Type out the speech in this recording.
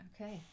Okay